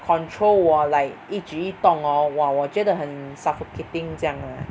control 我 like 一举一动 orh !wah! 我觉得很 suffocating 这样 lah